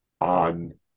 on